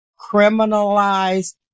criminalized